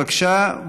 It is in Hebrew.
בבקשה,